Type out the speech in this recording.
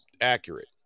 accurate